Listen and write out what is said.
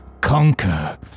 conquer